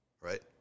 Right